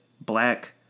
black